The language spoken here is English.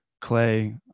clay